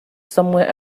somewhere